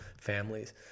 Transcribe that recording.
families